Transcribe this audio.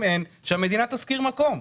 אם אין, שהמדינה תשכיר מקום.